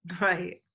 Right